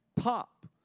pop